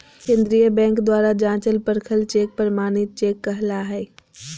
केंद्रीय बैंक द्वारा जाँचल परखल चेक प्रमाणित चेक कहला हइ